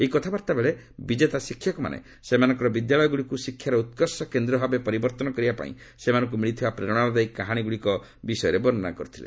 ଏଇ କଥାବାର୍ତ୍ତା ବେଳେ ବିଜେତା ଶିକ୍ଷକମାନେ ସେମାନଙ୍କର ବିଦ୍ୟାଳୟଗୁଡ଼ିକୁ ଶିକ୍ଷାର ଉତ୍କର୍ଷ କେନ୍ଦ୍ର ଭାବେ ପରିବର୍ତ୍ତନ କରିବା ପାଇଁ ସେମାନଙ୍କୁ ମିଳିଥିବା ପ୍ରେରଣାଦାୟୀ କାହାଣୀଗ୍ରଡ଼ିକ ବିଷୟରେ ବର୍ଷ୍ଣନା କରିଥିଲେ